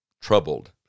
troubled